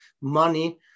money